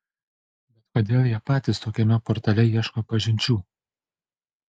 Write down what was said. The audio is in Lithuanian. bet kodėl jie patys tokiame portale ieško pažinčių